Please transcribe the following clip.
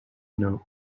note